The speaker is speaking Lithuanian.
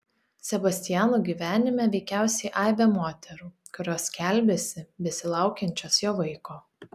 sebastiano gyvenime veikiausiai aibė moterų kurios skelbiasi besilaukiančios jo vaiko